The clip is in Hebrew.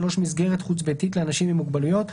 מסגרת חוץ-ביתית לאנשים עם מוגבלויות.